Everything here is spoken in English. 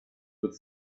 with